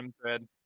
Thread